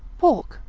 pork.